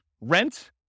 rent